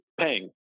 paying